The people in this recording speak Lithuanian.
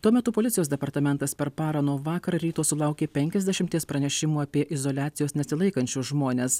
tuo metu policijos departamentas per parą nuo vakar ryto sulaukė penkiasdešimties pranešimų apie izoliacijos nesilaikančius žmones